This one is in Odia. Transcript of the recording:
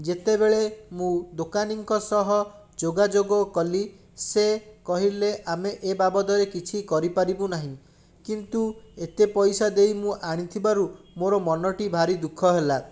ଯେତେବେଳେ ମୁଁ ଦୋକାନୀଙ୍କ ସହ ଯୋଗାଯୋଗ କଲି ସେ କହିଲେ ଆମେ ଏ ବାବଦରେ କିଛି କରିପାରିବୁ ନାହିଁ କିନ୍ତୁ ଏତେ ପଇସା ଦେଇ ମୁଁ ଆଣିଥିବାରୁ ମୋର ମନଟି ଭାରି ଦୁଃଖ ହେଲା